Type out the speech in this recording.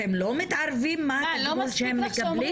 אתם לא מתערבים מה הטיפול שהם קבלים?